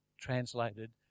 translated